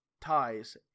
ties